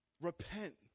Repent